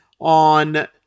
on